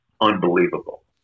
unbelievable